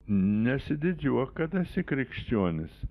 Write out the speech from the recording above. nesididžiuok kad esi krikščionis